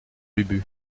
ubu